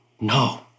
No